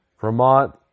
Vermont